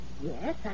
Yes